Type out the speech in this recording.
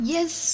Yes